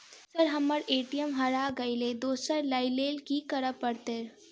Sir हम्मर ATM हरा गइलए दोसर लईलैल की करऽ परतै?